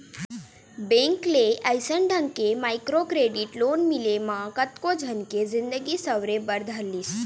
bank ले अइसन ढंग के माइक्रो क्रेडिट लोन मिले म कतको झन के जिनगी सँवरे बर धर लिस